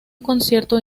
concierto